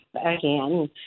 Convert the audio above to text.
again